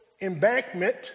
embankment